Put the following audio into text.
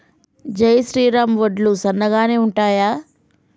జై శ్రీరామ్ వడ్లు సన్నగనె ఉంటయా?